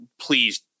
please